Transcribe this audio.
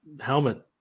helmet